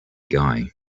guy